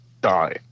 die